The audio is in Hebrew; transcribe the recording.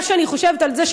מה שאני חושבת על זה,